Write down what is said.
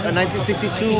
1962